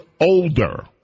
older